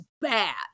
bad